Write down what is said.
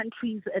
countries